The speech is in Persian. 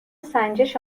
سنجش